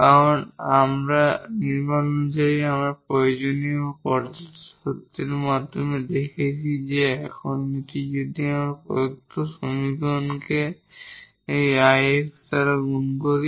কারণ নির্মাণ অনুসারে আমরা প্রয়োজনীয় এবং পর্যাপ্ত শর্তের মাধ্যমে দেখেছি যে এখন আমি যদি এই প্রদত্ত ডিফারেনশিয়াল সমীকরণটিকে এই I x দ্বারা গুণ করি